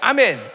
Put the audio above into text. Amen